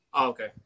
Okay